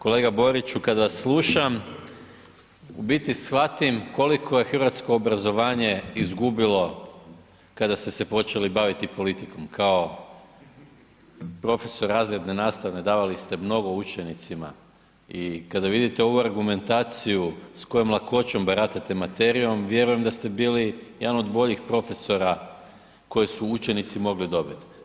Kolega Boriću, kad vas slušam u biti shvatim koliko je hrvatsko obrazovanje izgubilo kada ste se počeli baviti politikom kao profesor razredne nastave davali ste mnogo učenicima i kada vidite ovu argumentaciju s kojom lakoćom baratate materijom, vjerujem da ste bili jedan od boljih profesora koje su učenici mogli dobit.